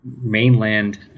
mainland